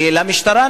ולמשטרה,